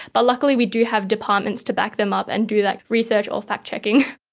but luckily we do have departments to back them up and do that research or fact-checking.